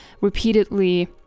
repeatedly